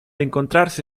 encontrarse